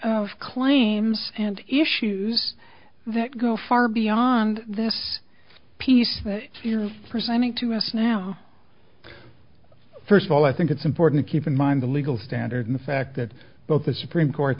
of claims and issues that go far beyond this piece but you're presenting to us now first of all i think it's important to keep in mind the legal standard in the fact that both the supreme court